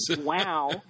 wow